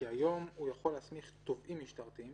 כי היום הוא יכול להסמיך תובעים משטרתיים,